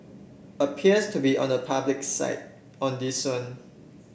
appears to be on the public's side on this one